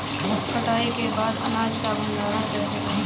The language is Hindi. कटाई के बाद अनाज का भंडारण कैसे करें?